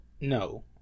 no